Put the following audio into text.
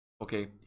Okay